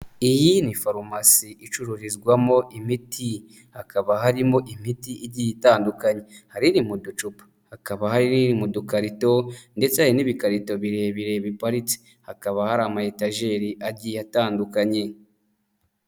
Iyi ni farumasi icururizwamo imiti hakaba harimo imiti igiye itandukanye, hari iri mu ducupa hakaba hari iri mu dukarito ndetse hari n'ibikarito birebire biparitse, hakaba hari amayetajeri agiye atandukanye.